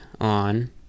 on